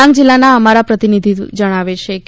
ડાંગ જિલ્લાના અમારા પ્રતિનિધિ જણાવે છે કે